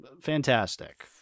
fantastic